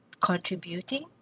contributing